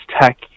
Tech